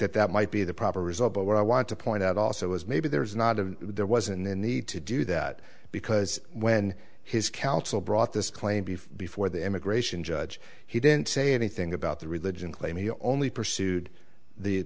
that that might be the proper result but what i want to point out also is maybe there is not a there was in the need to do that because when his counsel brought this claim be before the immigration judge he didn't say anything about the religion claim he only pursued the